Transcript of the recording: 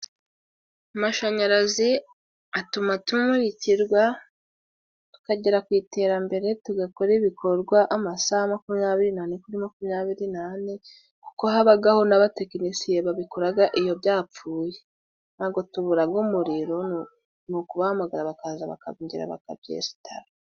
Amashanyarazi atuma tumurikirwa tukagera ku iterambere, tugakora ibikorwa amasaha makumyabiri ane kuri makumyabiri n'ane kuko habagaho n'abatekinisiye babikoraga iyo byapfuye. Ntabwo tuburaga umuriro ni ukubahamagara bakaza bakongera bakabyesitara.